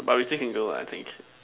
but we still can go what I think